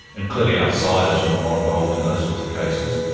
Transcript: and clearly outsiders are more involved in those sorts of cases.